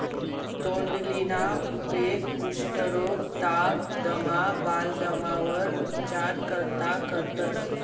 तोंडलीना उपेग कुष्ठरोग, ताप, दमा, बालदमावर उपचार करता करतंस